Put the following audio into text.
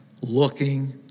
looking